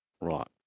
Right